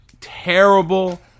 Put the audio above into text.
terrible